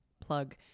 plug